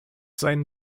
seinen